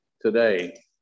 today